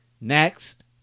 Next